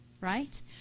right